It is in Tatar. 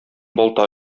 балта